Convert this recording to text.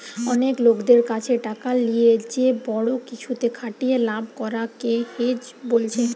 অনেক লোকদের কাছে টাকা লিয়ে যে বড়ো কিছুতে খাটিয়ে লাভ করা কে হেজ বোলছে